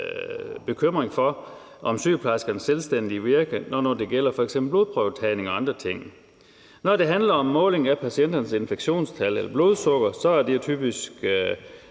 bekymring for sygeplejerskernes selvstændige virke, når nu det gælder f.eks. prøvetagning og andre ting. Når det handler om måling af patienternes infektionstal eller blodsukker, er det typisk